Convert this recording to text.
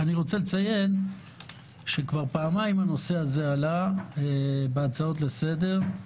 אני רוצה לציין שכבר פעמיים הנושא הזה עלה בהצעות לסדר,